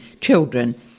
children